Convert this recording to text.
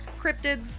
cryptids